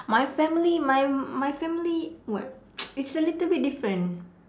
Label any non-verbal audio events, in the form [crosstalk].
my family my my family what [noise] it's a little bit different